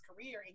career